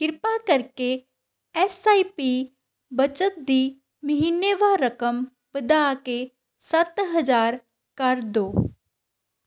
ਕ੍ਰਿਪਾ ਕਰਕੇ S I P ਬੱਚਤ ਦੀ ਮਹੀਨੇਵਾਰ ਰਕਮ ਵਧਾ ਕੇ ਸੱਤ ਹਜ਼ਾਰ ਕਰ ਦਿਉ